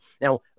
Now